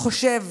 חושב